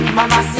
Mama